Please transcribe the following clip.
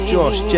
Josh